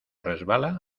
resbala